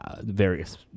various